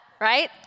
right